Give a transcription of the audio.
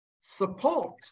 support